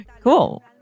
Cool